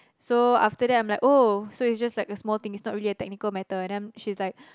so after that I'm like oh so it's just like a small thing it's not really a technical matter and then she's like